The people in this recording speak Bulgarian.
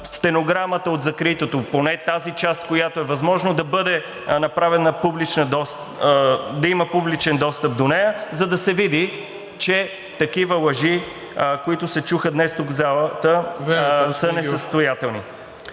стенограмата от закритото заседание – поне тази част, която е възможно, да има публичен достъп до нея, за да се види, че такива лъжи, които се чуха днес тук в залата, са несъстоятелни.